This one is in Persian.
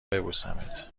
ببوسمت